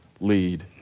lead